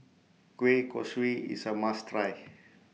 Kueh Kosui IS A must Try